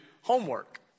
homework